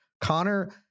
Connor